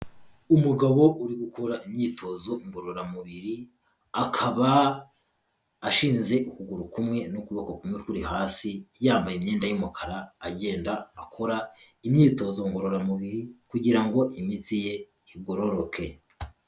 Umugabo uri gukora imyitozo ngororamubiri, akaba ashinze ukuguru kumwe n'ukuboko kumwe kuri hasi, yambaye imyenda y'umukara, agenda akora imyitozo ngororamubiri kugira ngo imitsi ye igororoke.